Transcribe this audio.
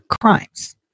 crimes